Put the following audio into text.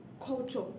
culture